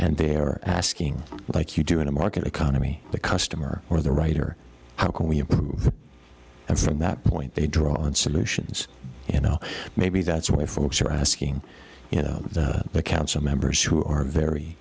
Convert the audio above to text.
and they are asking like you do in a market economy the customer or the writer how can we have and from that point they draw on solutions you know maybe that's why folks are asking you know the council members who are very